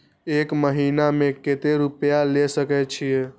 एक महीना में केते रूपया ले सके छिए?